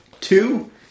Two